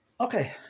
Okay